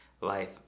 life